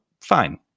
fine